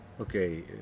Okay